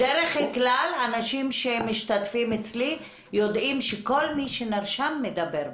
בדרך כלל אנשים שמשתתפים אצלי יודעים שכל מי שנרשם מדבר בסוף.